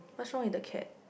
what wrong with the cat